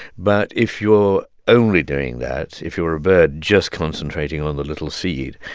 but if you're only doing that if you're a bird just concentrating on the little seed,